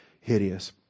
hideous